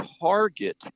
target